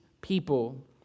people